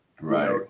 Right